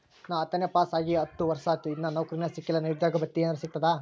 ನಾ ಹತ್ತನೇ ಪಾಸ್ ಆಗಿ ಹತ್ತ ವರ್ಸಾತು, ಇನ್ನಾ ನೌಕ್ರಿನೆ ಸಿಕಿಲ್ಲ, ನಿರುದ್ಯೋಗ ಭತ್ತಿ ಎನೆರೆ ಸಿಗ್ತದಾ?